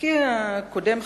עיסוקי הקודם,